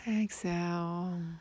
Exhale